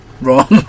wrong